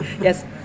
yes